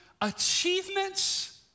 achievements